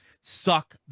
suck